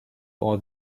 all